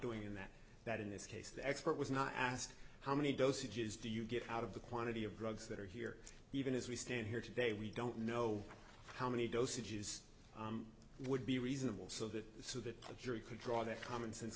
doing that that in this case the expert was not asked how many dosages do you get out of the quantity of drugs that are here even as we stand here today we don't know how many dosages would be reasonable so that so that the jury could draw their commonsense